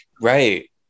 Right